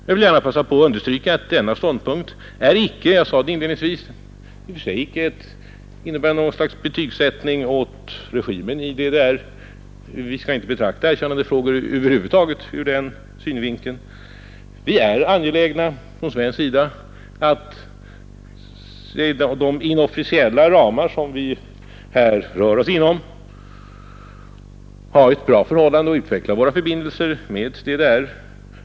Jag vill emellertid passa på att understryka att denna ståndpunkt — jag sade det inledningsvis — icke i och för sig innebär något slags betygsättning av regimen DDR. Vi skall över huvud taget inte betrakta erkännandefrågor ur den synvinkeln. Vi är från svensk sida angelägna om att, inom de inofficiella ramar som vi rör oss med, ha ett bra förhållande och utveckla våra förbindelser med DDR.